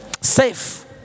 safe